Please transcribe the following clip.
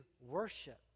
worship